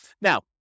Now